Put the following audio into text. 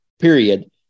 period